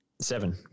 Seven